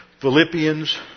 Philippians